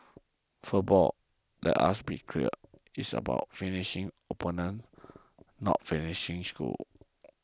football let us be clear is about finishing opponents not finishing schools